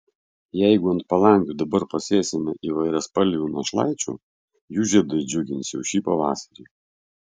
jeigu ant palangių dabar pasėsime įvairiaspalvių našlaičių jų žiedai džiugins jau ši pavasarį